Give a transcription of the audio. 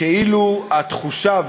כאילו התחושה,